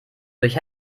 durch